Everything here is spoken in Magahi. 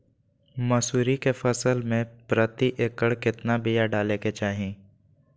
मसूरी के फसल में प्रति एकड़ केतना बिया डाले के चाही?